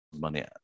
money